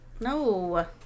No